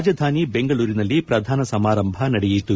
ರಾಜಧಾನಿ ಬೆಂಗಳೂರಿನಲ್ಲಿ ಪ್ರಧಾನ ಸಮಾರಂಭ ನಡೆಯಿತು